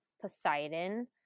Poseidon